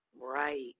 Right